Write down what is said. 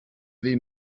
vais